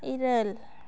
ᱤᱨᱟᱹᱞ